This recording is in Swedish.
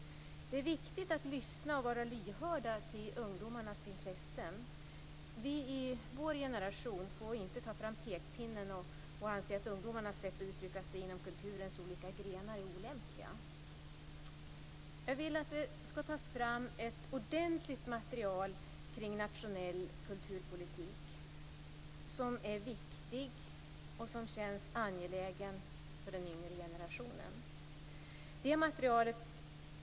Det är viktigt att lyssna och att vara lyhörd för ungdomarnas intressen. Vi i vår generation får inte ta fram pekpinnen och anse att ungdomarnas sätt att uttrycka sig inom kulturens olika grenar är olämpliga. Jag vill att det skall tas fram ett ordentligt material om den nationella kulturpolitiken, något som är viktigt och känns angeläget för den yngre generationen.